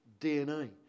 DNA